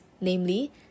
namely